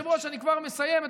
היושב-ראש, אני כבר מסיים.